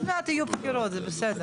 עוד מעט יהיו בחירות, זה בסדר.